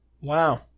Wow